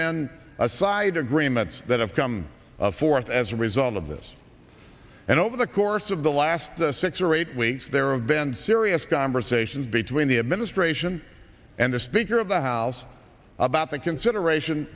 van a side agreements that have come forth as a result of this and over the course of the last six or eight weeks there have been serious conversations between the administration and the speaker of the house about the consideration